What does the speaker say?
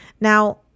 Now